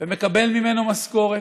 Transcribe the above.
ומקבל ממנו משכורת,